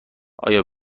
آیا